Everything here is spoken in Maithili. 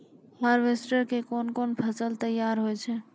हार्वेस्टर के कोन कोन फसल तैयार होय छै?